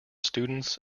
students